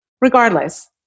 Regardless